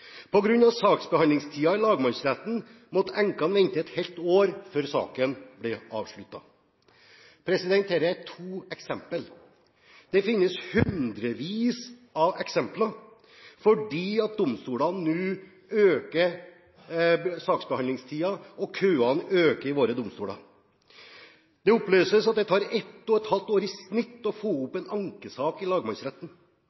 i lagmannsretten måtte enkene vente et helt år før saken ble avsluttet. Dette er to eksempler. Det finnes hundrevis av eksempler, fordi domstolene nå øker saksbehandlingstiden og køene øker i våre domstoler. Det opplyses at det i snitt tar ett og et halvt år å få en ankesak opp i